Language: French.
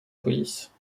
police